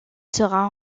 sera